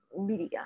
media